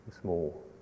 small